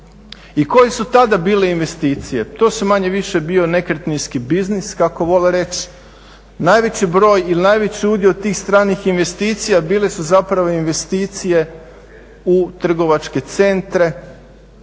i koje su tada bile investicije? To je manje-više bio nekretninski biznis kako vole reći. Najveći broj ili najveći udio tih stranih investicija bile su zapravo investicije u trgovačke centre